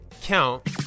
Count